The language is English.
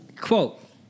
Quote